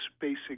basic